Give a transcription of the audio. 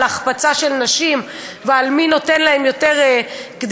החפצה של נשים ועל מי נותן להן יותר קדימות,